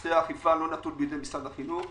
נושא האכיפה לא נתון בידי משרד החינוך.